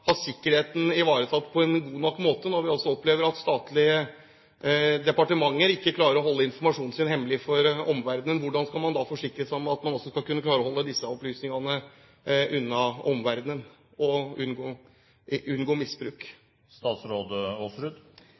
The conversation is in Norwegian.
ivaretar sikkerheten på en god nok måte, når vi altså opplever at statlige departementer ikke klarer å holde informasjon hemmelig for omverdenen? Hvordan skal man da kunne forsikre seg om at man kan holde disse opplysningene unna omverdenen og unngå misbruk?